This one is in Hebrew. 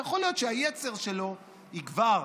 יכול להיות שהיצר שלו יגבר,